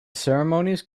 ceremonies